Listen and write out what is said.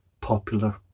popular